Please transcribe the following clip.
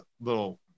little